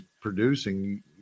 producing